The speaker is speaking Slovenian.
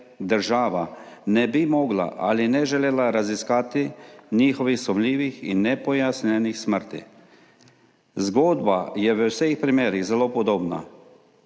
ne bi mogla ali ne želela raziskati njihovih sumljivih in nepojasnjenih smrti. Zgodba je v vseh primerih zelo podobna